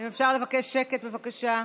אם אפשר לבקש שקט, בבקשה.